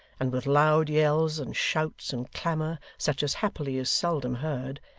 and with loud yells, and shouts, and clamour, such as happily is seldom heard,